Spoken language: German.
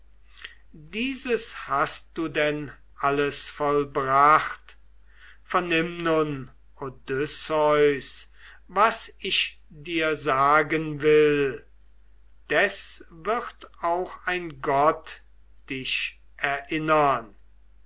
dieses hast du denn alles vollbracht vernimm nun odysseus was ich dir sagen will des wird auch ein gott dich erinnern